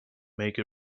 make